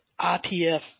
IPF